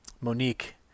Monique